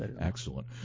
Excellent